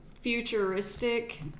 futuristic